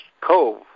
cove